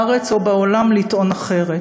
בארץ או בעולם, לטעון אחרת.